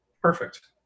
Perfect